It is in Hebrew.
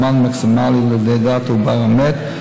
זמן מקסימלי ללידת העובר המת,